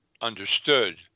understood